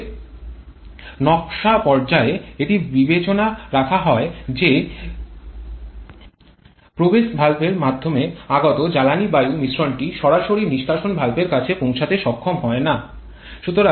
অতএব নকশা পর্যায়ে এটি বিবেচনায় রাখা হয় যে প্রবেশ ভালভের মাধ্যমে আগত জ্বালানী বায়ু মিশ্রণটি সরাসরি নিষ্কাশন ভালভের কাছে পৌঁছাতে সক্ষম না হয়